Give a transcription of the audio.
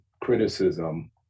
criticism